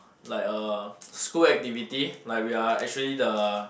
like uh school activity like we are actually the